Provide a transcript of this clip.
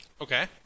Okay